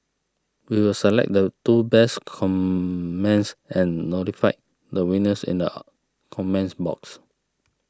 we will select the two best comments and notify the winners in the comments box